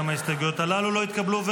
גם ההסתייגויות הללו לא נתקבלו.